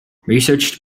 research